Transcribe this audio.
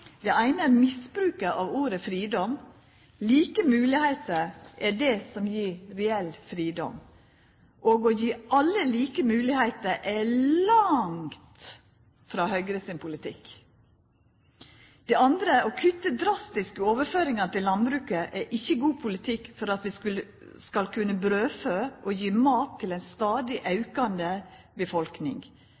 Det eine er misbruken av ordet «fridom». Like moglegheiter er det som gjev reell fridom. Å gje alle like moglegheiter er svært langt frå Høgre sin politikk. Det andre, å kutta drastisk i overføringane til landbruket, er ikkje god politikk om vi skal kunna brødfø og gje mat til ei stadig aukande befolkning.